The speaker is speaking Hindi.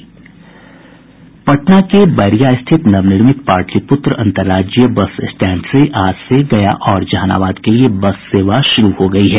पटना के बैरिया स्थित नवनिर्मित पाटलिपुत्र अन्तर्राज्यीय बस स्टैंड से आज से गया और जहानाबाद के लिए बस सेवा शुरू हो गयी है